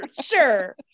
sure